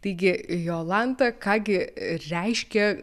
taigi jolanta ką gi reiškia